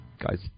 Guys